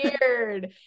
weird